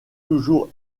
toujours